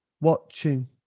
watching